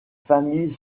familles